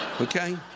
Okay